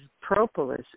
propolis